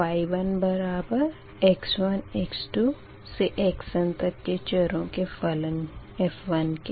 y1 बराबर है x1 x2 से xn तक के चरों के फलन f1 के